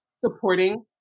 supporting